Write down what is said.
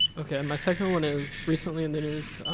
okay, and my second one is, recently, in the news,